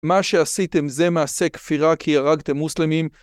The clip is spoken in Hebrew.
מה שעשיתם זה מעשה כפירה כי הרגתם מוסלמים